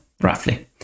roughly